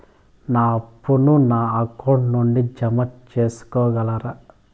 నా అప్పును నా అకౌంట్ నుండి జామ సేసుకోగలరా?